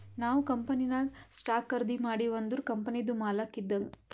ನಾವ್ ಕಂಪನಿನಾಗ್ ಸ್ಟಾಕ್ ಖರ್ದಿ ಮಾಡಿವ್ ಅಂದುರ್ ಕಂಪನಿದು ಮಾಲಕ್ ಇದ್ದಂಗ್